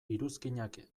iruzkinak